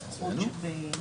חיים,